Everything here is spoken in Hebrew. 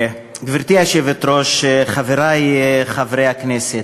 גברתי היושבת-ראש, חברי חברי הכנסת,